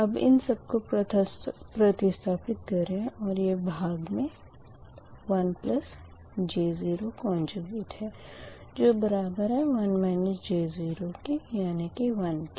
अब इन सब को प्रतिस्थपित करें और यह भाग मे 1j0 कोंजूगेट है जो बराबर है 1 j0 के यानी कि 1 के